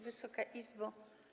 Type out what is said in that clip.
Wysoka Izbo!